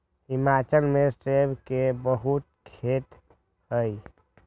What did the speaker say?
हिमाचल में सेब के बहुते खेत हई